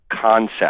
concept